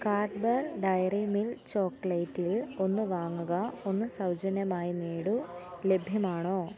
കാഡ്ബർ Dairy Milk ചോക്ലേറ്റിൽ ഒന്ന് വാങ്ങുക ഒന്ന് സൗജന്യമായി നേടൂ ലഭ്യമാണോ